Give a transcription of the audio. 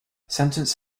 sentence